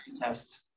test